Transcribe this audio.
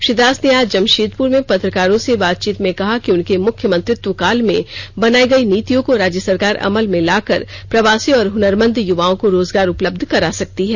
श्री दास ने आज जमषेदपुर में पत्रकारों से बातचीत में कहा कि उनके मुख्यमंत्रित्व काल में बनायी गयी नीतियों को राज्य सरकार अमल में लाकर प्रवासी और हुनरमंद युवाओं को रोजगार उपलब्ध करा सकती है